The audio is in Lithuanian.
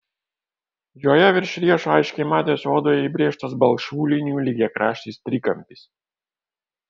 joje virš riešo aiškiai matėsi odoje įbrėžtas balkšvų linijų lygiakraštis trikampis